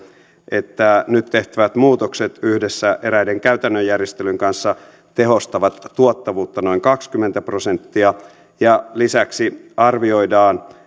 että nyt tehtävät muutokset yhdessä eräiden käytännön järjestelyjen kanssa tehostavat tuottavuutta noin kaksikymmentä prosenttia ja lisäksi arvioidaan